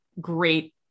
great